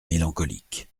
mélancolique